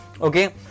okay